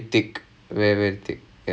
oh okay okay